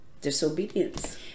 disobedience